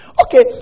Okay